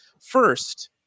First